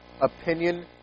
opinion